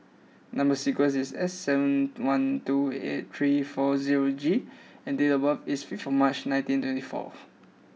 Number Sequence is S seven one two eight three four zero G and date of birth is zero five March nineteen twenty four